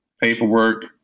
Paperwork